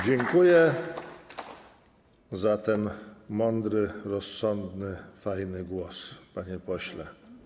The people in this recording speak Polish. Dziękuję za ten mądry, rozsądny, fajny głos, panie pośle.